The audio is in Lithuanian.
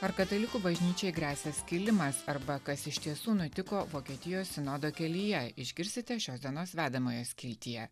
ar katalikų bažnyčiai gresia skilimas arba kas iš tiesų nutiko vokietijos sinodo kelyje išgirsite šios dienos vedamoje skiltyje